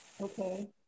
Okay